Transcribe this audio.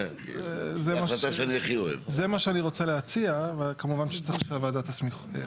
זה מה שאני רוצה להציע אבל זה מצריך את הסכמת הוועדה.